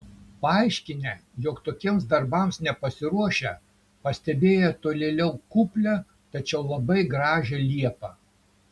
paaiškinę jog tokiems darbams nepasiruošę pastebėjo tolėliau kuplią tačiau labai gražią liepą